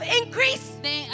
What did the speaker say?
increase